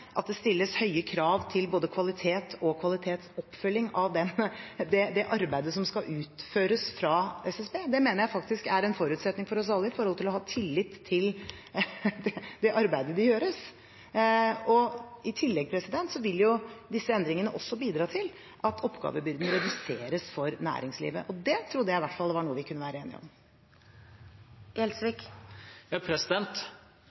at det stilles høye krav til både kvalitet og kvalitetsoppfølging av det arbeidet som skal utføres av SSB. Det mener jeg faktisk er en forutsetning for oss alle for å ha tillit til det arbeidet de gjør. I tillegg vil jo disse endringene bidra til at oppgavebyrden reduseres for næringslivet. Det trodde jeg i hvert fall var noe vi kunne være enige